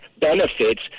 benefits